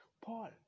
Paul